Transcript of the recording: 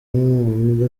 nk’umuntu